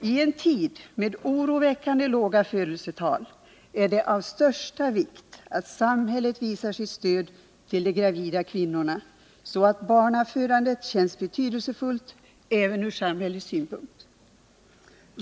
Ien tid med oroväckande låga födelsetal är det av största vikt att samhället visar sitt stöd till de gravida kvinnorna, så att man känner att barnafödandet är betydelsefullt även ur samhällets synpunkt.